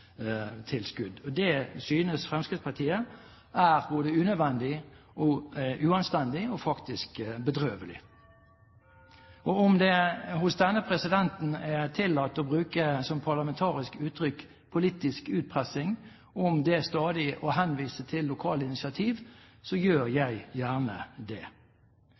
Det synes Fremskrittspartiet er både unødvendig, uanstendig og faktisk bedrøvelig. Om det hos denne presidenten er tillatt å bruke som et parlamentarisk uttrykk «politisk utpressing» om det stadig å henvise til lokale initiativ, gjør jeg gjerne det.